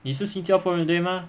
你是新加坡人对吗